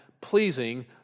pleasing